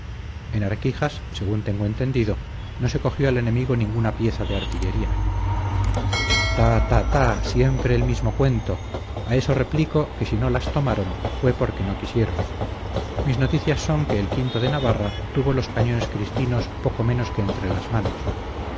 en arquijas según tengo entendido no se cogió al enemigo ninguna pieza de artillería ta ta ta siempre el mismo cuento a eso replico que si no las tomaron fue porque no quisieron mis noticias son que el o de navarra tuvo los cañones cristinos poco menos que entre las manos